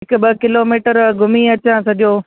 हिकु ॿ किलोमीटर घुमीं अचां सॼो